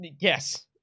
Yes